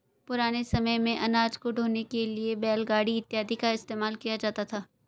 पुराने समय मेंअनाज को ढोने के लिए बैलगाड़ी इत्यादि का इस्तेमाल किया जाता था